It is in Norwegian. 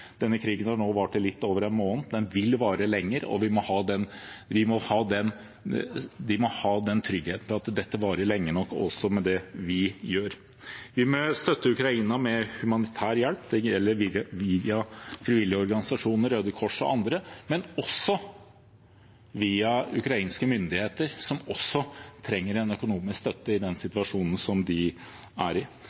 Denne krigen har nå vart i litt over en måned. Den vil vare lenger, og vi må ha trygghet for at støtten varer lenge nok, også med det vi gjør. Vi må støtte Ukraina med humanitær hjelp. Det gjelder via frivillige organisasjoner – Røde Kors og andre – men også via ukrainske myndigheter, som også trenger en økonomisk støtte i den situasjonen som de er i.